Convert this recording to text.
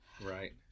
Right